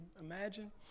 imagine